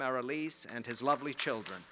my release and his lovely children